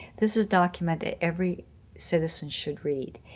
this is document ah every citizen should read.